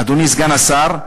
אדוני סגן השר,